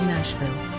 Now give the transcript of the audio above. Nashville